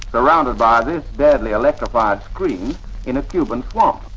surrounded by this deadly electrified screen in a cuban swamp.